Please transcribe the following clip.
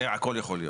הכל יכול להיות.